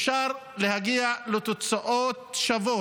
אפשר להגיע לתוצאות שוות.